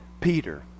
peter